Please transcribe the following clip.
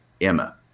emma